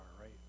right